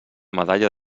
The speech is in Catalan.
medalla